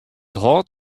hâldt